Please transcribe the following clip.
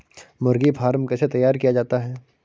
मुर्गी फार्म कैसे तैयार किया जाता है?